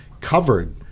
covered